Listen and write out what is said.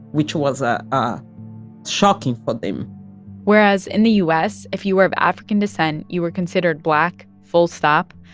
which was ah ah shocking for them whereas in the u s, if you were of african descent, you were considered black full stop,